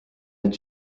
nüüd